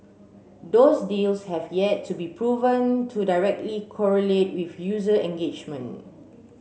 those deals have yet to be proven to directly correlate with user engagement